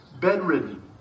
Bedridden